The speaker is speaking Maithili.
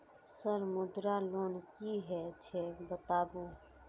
सर मुद्रा लोन की हे छे बताबू?